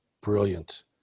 brilliant